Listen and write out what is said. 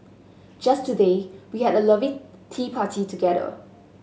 just today we had a lovely tea party together